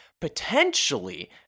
potentially